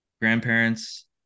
grandparents